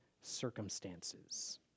circumstances